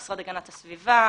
המשרד להגנת הסביבה,